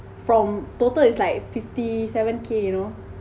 from total is like fifty seven K you know